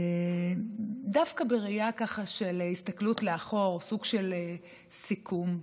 דווקא בראייה של הסתכלות לאחור, סוג של סיכום.